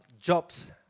jobs